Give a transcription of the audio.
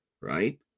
right